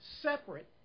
separate